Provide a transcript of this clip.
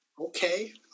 Okay